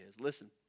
Listen